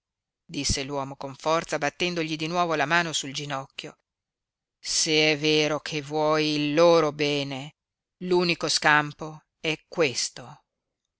disse l'uomo con forza battendogli di nuovo la mano sul ginocchio se è vero che vuoi il loro bene l'unico scampo è questo